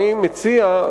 אני מציע,